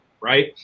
right